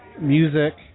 music